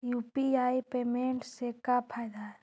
UPI payment से का फायदा है?